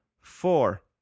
four